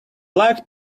like